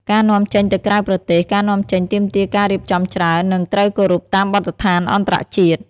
ការនាំចេញទៅក្រៅប្រទេស ការនាំចេញទាមទារការរៀបចំច្រើន និងត្រូវគោរពតាមបទដ្ឋានអន្តរជាតិ។